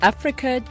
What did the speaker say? Africa